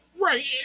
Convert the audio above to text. Right